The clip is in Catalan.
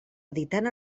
editant